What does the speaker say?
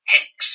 Hex